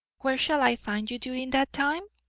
where shall i find you during that time?